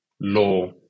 law